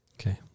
okay